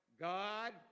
God